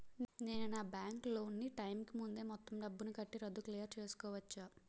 నేను నా bank loan నీ టైం కీ ముందే మొత్తం డబ్బుని కట్టి రద్దు క్లియర్ చేసుకోవచ్చా?